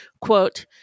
quote